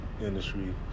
industry